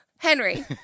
Henry